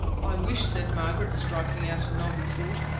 i wish, said margaret, striking out a novel thought,